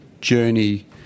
journey